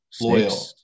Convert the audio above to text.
loyal